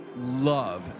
Love